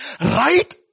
Right